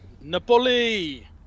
Napoli